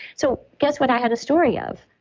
so, guess what i had a story of?